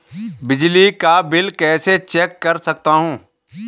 बिजली का बिल कैसे चेक कर सकता हूँ?